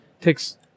takes